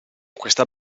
questa